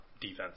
defense